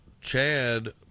Chad